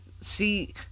see